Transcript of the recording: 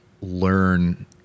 learn